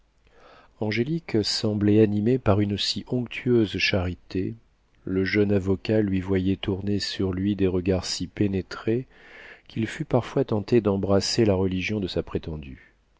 angélique semblait animée par une si onctueuse charité le jeune avocat lui voyait tourner sur lui des regards si pénétrés qu'il fut parfois tenté d'embrasser la religion de sa prétendue